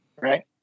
right